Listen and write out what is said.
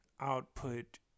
output